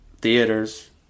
theaters